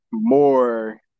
more